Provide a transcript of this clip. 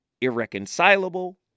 irreconcilable